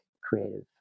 creative